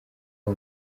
uwo